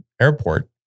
airport